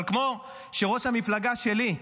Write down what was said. אבל כמו שראש המפלגה שלי,